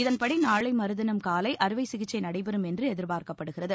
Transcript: இதன்படி நாளை மறுதினம் காலை அறுவை சிகிச்சை நடைபெறும் என்று எதிர்பார்க்கப்படுகிறது